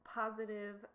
positive